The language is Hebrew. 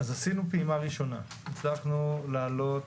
עשינו פעימה ראשונה, הצלחנו להעלות,